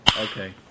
Okay